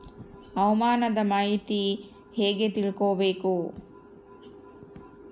ಹವಾಮಾನದ ಮಾಹಿತಿ ಹೇಗೆ ತಿಳಕೊಬೇಕು?